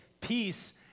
peace